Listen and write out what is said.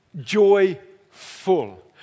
joyful